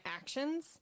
actions